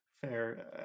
fair